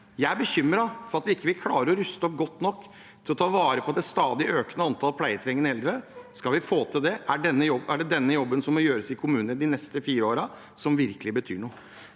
Jeg er bekymret for at vi ikke vil klare å ruste opp godt nok til å ta vare på det stadig økende antallet pleietrengende eldre. Skal vi få til det, er det den jobben som må gjøres i kommunene de neste fire årene, som virkelig betyr noe.